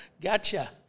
Gotcha